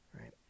right